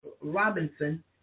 Robinson